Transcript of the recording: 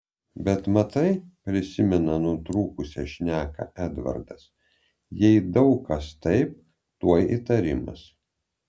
bet matai prisimena nutrūkusią šneką edvardas jei daug kas taip tuoj įtarimas